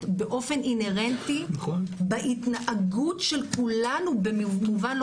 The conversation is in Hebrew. באופן אינהרנטי בהתנהגות של כולנו במובן לא